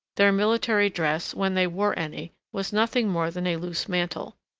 their military dress, when they wore any, was nothing more than a loose mantle.